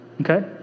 Okay